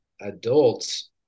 adults